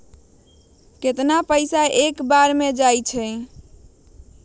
कितना पैसा एक बार में जाता है?